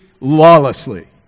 lawlessly